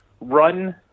run